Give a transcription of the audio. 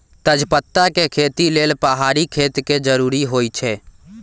तजपत्ता के खेती लेल पहाड़ी खेत के जरूरी होइ छै